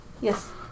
Yes